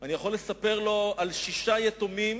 אני יכול לספר לו על שישה יתומים